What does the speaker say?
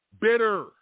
Bitter